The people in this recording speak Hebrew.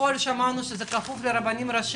ובפועל שמענו שהוא כפוף לרבנים הראשיים.